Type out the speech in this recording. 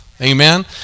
amen